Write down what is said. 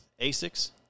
ASICS